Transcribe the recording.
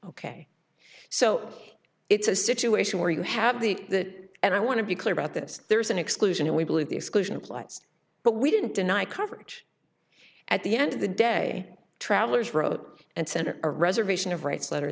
ok so it's a situation where you have the that and i want to be clear about this there's an exclusion and we believe the exclusion of flights but we didn't deny coverage at the end of the day travelers wrote and center a reservation of rights letter